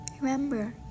Remember